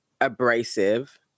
abrasive